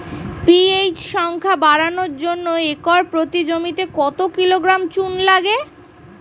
PH সংখ্যা বাড়ানোর জন্য একর প্রতি জমিতে কত কিলোগ্রাম চুন লাগে?